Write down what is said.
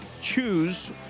Choose